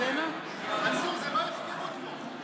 מנסור, זה לא הפקרות פה.